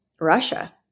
Russia